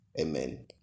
Amen